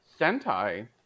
Sentai